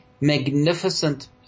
magnificent